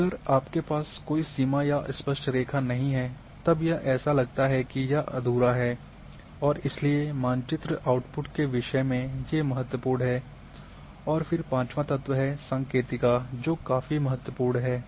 अगर आपके पास कोई सीमा या स्पष्ट रेखा नहीं है तब यह ऐसा लगता है कि यह अधूरा है और इसलिए मानचित्र आउट्पुट के विषय में ये महत्वपूर्ण है और फिर पांचवां तत्व है सांकेतिका जो काफ़ी महत्वपूर्ण है